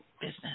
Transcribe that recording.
business